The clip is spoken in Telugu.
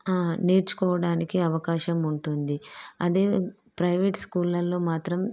ఆ నేర్చుకోవడానికి అవకాశం ఉంటుంది అదే ప్రైవేట్ స్కూళ్లలో మాత్రం